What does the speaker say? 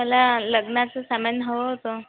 मला लग्नाचं सामान हवं होतं